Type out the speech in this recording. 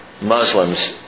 Muslims